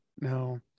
no